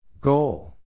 Goal